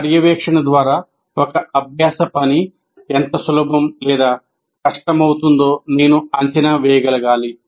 పర్యవేక్షణ ద్వారా ఒక అభ్యాస పని ఎంత సులభం లేదా కష్టమవుతుందో నేను అంచనా వేయగలగాలి